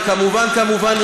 וכמובן כמובן,